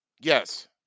Yes